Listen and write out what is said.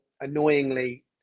annoyingly